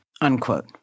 unquote